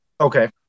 okay